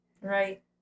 Right